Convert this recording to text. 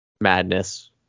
Madness